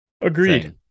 Agreed